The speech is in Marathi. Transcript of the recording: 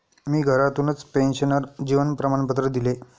मी घरातूनच पेन्शनर जीवन प्रमाणपत्र दिले